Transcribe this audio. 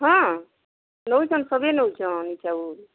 ହଁ ନଉଛନ୍ ସଭିଏଁ ନଉଛନ୍ ଚାଉଲ